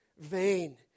vain